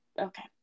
okay